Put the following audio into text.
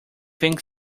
think